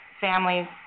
families